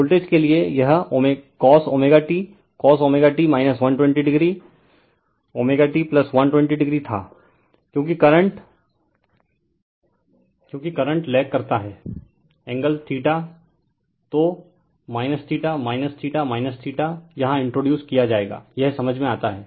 voltage के लिए यह cos t cos t 120 o refer time 0802 t 120 o था क्योंकि करंट लेग करता है रिफर टाइम 0805 एंगल तो यहां इंट्रोड्यूस किया जाएगा यह समझ में आता है